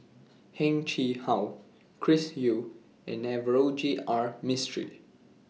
Heng Chee How Chris Yeo and Navroji R Mistri